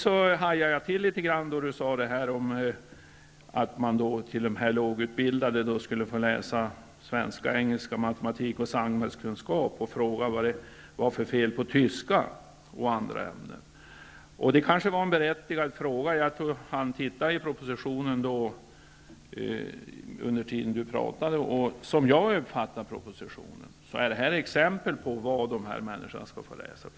Jag hajade till litet när Lena Öhrsvik sade att de lågutbildade skulle få läsa svenska, engelska, matematik och samhällskunskap. Hon frågade vad det var för fel på tyska och andra ämnen. Det var kanske en berättigad fråga. Jag hann titta i propositionen medan Lena Öhrsvik talade. Som jag uppfattar propositionen är det fråga om exempel på vad dessa människor skall få läsa.